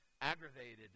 Aggravated